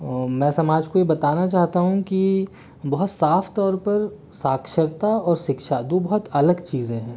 मैं समाज को यह बताना चाहता हूँ कि बहुत साफ तौर पर साक्षरता और शिक्षा दो बहुत अलग चीज़ें हैं